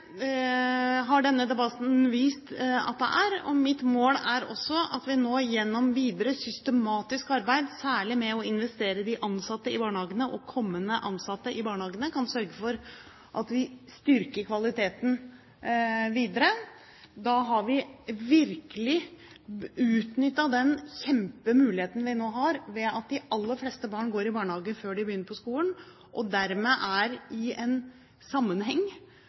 har denne debatten vist at det er. Mitt mål er også at vi nå gjennom videre systematisk arbeid – særlig ved å investere i de ansatte og kommende ansatte i barnehagene – kan sørge for at vi styrker kvaliteten videre. Da har vi virkelig utnyttet den kjempemuligheten vi nå har ved at de aller fleste barn går i barnehagen før de begynner på skolen og dermed er i en sammenheng,